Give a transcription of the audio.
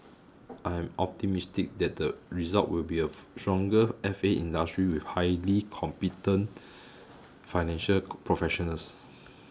I am optimistic that the result will be a stronger F A industry with highly competent financial professionals